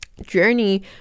journey